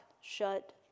shut